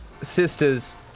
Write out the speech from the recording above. sisters